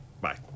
Bye